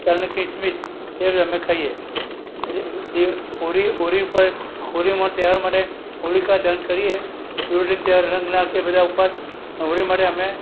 તલની કીસમિસ એવી અમે ખાઈએ હોળી હોળી ઉપર હોળીમાં તહેવાર માટે હોલિકા દહન કરીએ ધૂળેટીના તહેવારે રંગ નાખીએ બધાં ઉપર હોળી માટે અમે